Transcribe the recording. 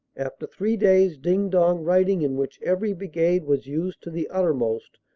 after three days' ding-dong fighting in which every brigade was used to the uttermost,